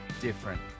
different